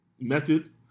method